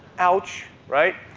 ouch, right?